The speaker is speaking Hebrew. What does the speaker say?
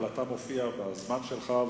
אבל אתה מופיע בזמן שלך,